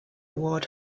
award